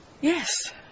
Yes